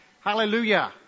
Hallelujah